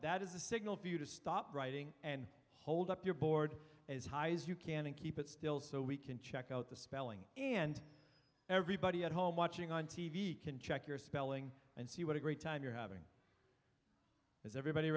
that is a signal for you to stop writing and hold up your board as high as you can and keep it still so we can check out the spelling and everybody at home watching on t v can check your spelling and see what a great time you're having is everybody